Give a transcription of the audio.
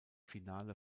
finale